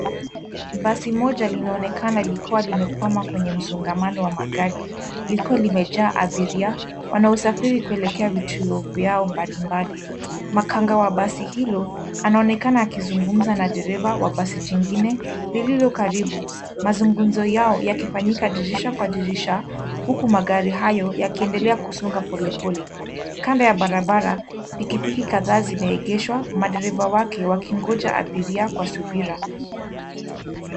Basi moja linaonekana likiwa limekwama kwenye msongamanao wa magari liko limejaa abiria wanaosafiri kuelekea vituo vyao mbalibali. Makanga wa basi hilo anaonekana akizungumza na dereva wa basi jingine lililo karibu. Mazungumzo yao yakifanyika dirisha kwa dirisha huku magari hayo yakiendelea kusonga polepole. Kando ya barabara pikipiki kadhaa zimeegeshwa madereva wake wakingoja abiria kwa subira.